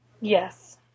Yes